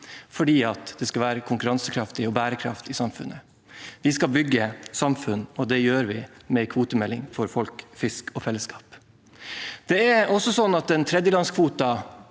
fordi det skal være et konkurransekraftig og bærekraftig samfunn. Vi skal bygge samfunn, og det gjør vi med en kvotemelding for folk, fisk og fellesskap. Tredjelandskvoten